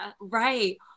Right